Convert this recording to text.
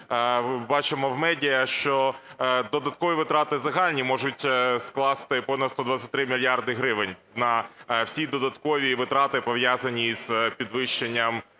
бачимо в медіа, що додаткові витрати загальні можуть скласти понад 123 мільярди гривень на всі додаткові витрати, пов'язані з підвищенням